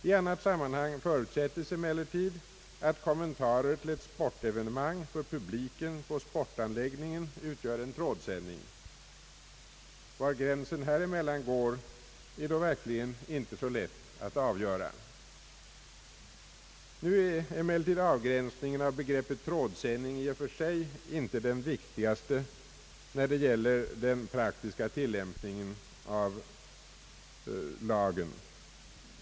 I annat sammanhang förutsättes emellertid att kommentarer till ett sportevenemang för publiken på sportanläggningen utgör en trådsändning. Var gränsen här emellan går är då verkligen inte lätt att avgöra. Nu är emellertid avgränsningen av begreppet trådsändning i och för sig icke den viktigaste när det gäller den praktiska tillämpningen av lagen.